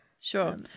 Sure